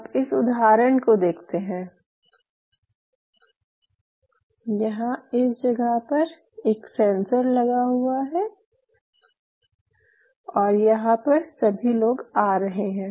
अब इस उदाहरण को देखते हैं यहाँ इस जगह पर एक सेंसर लगा हुआ है और यहाँ पर सभी लोग आ रहे हैं